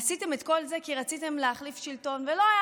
עשיתם את כל זה כי רציתם להחליף שלטון ולא היה